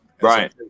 Right